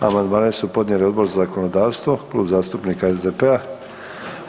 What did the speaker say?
Amandmane su podnijeli Odbor za zakonodavstvo, Klub zastupnika SDP-a.